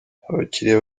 abakiriya